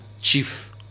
chief